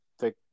take